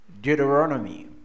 Deuteronomy